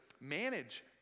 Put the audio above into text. manage